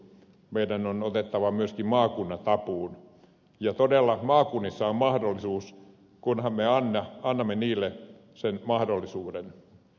meidän on otettava myöskin maakunnat apuun ja todella maakunnissa on mahdollisuus kunhan me annamme niille sen mahdollisuuden